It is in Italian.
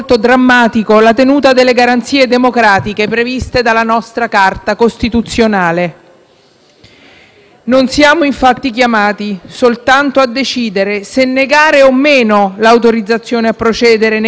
Non siamo infatti chiamati soltanto a decidere se negare o meno l'autorizzazione a procedere nei confronti di un Ministro. Siamo piuttosto chiamati con il nostro voto